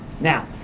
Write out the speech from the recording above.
Now